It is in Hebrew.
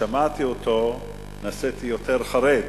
כששמעתי אותו נעשיתי יותר חרד,